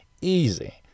Easy